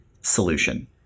solution